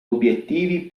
obiettivi